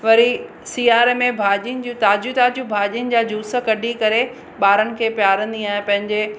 वरी सिआरे में भाॼिनि जूं ताज़ियूं ताज़ियूं भाॼिनि जा जूस कढी करे ॿारनि खे पिआरींदी आहियां पंहिंजे